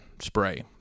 spray